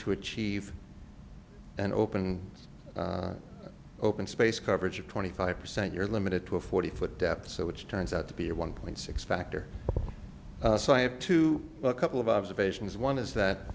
to achieve an open open space coverage of twenty five percent you're limited to a forty foot depth so which turns out to be a one point six factor so i have to a couple of observations one is that